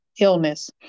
illness